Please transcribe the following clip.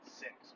six